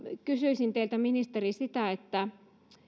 kysyisin teiltä ministeri